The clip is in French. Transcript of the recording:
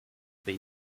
pays